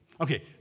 Okay